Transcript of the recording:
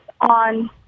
on